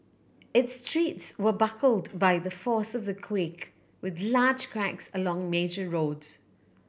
its streets were buckled by the force of the quake with large cracks along major roads